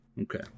Okay